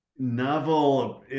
novel